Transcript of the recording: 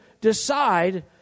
decide